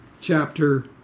chapter